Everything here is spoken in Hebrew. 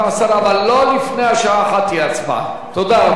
אבל, לא תהיה הצבעה לפני השעה 01:00. תודה, רבותי.